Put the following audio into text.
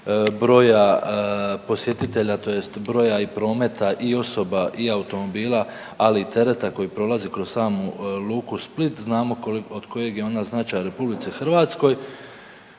broja posjetitelja tj. broja i prometa i osoba i automobila, ali i tereta koji prolazi kroz samu luku Split, znamo od kojeg je ona značaja RH. Zadnjih